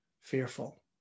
fearful